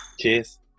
Cheers